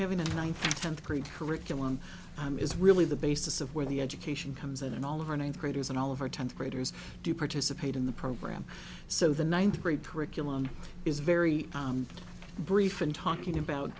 one tenth grade curriculum is really the basis of where the education comes in and all of our ninth graders and all of our tenth graders do participate in the program so the ninth grade curriculum is very brief and talking about